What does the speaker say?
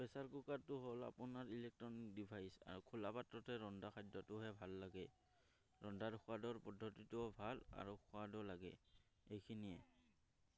pressure কুকাৰটো হ'ল আপোনাৰ ইলেক্ট্ৰনিক ডিভাইচ আৰু খোলা পাত্ৰতে ৰন্ধা খাদ্যটোহে ভাল লাগে ৰন্ধাৰ সোৱাদৰ পদ্ধতিটোও ভাল আৰু সোৱাদো লাগে এইখিনিয়ে